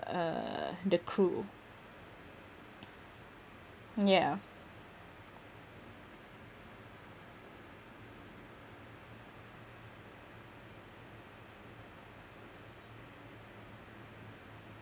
uh the crew yeah